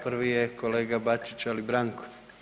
Prvi je kolega Bačić ali Branko.